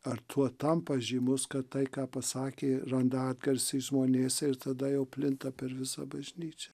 ar tuo tampa žymus kad tai ką pasakė randa atgarsį žmonėse ir tada jau plinta per visą bažnyčią